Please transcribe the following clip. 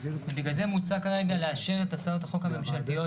ובגלל זה מוצע כרגע לאשר את הצעות החוק הממשלתיות